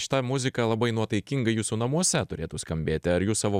šita muzika labai nuotaikingai jūsų namuose turėtų skambėti ar jūs savo